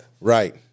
Right